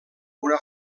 una